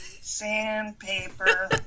Sandpaper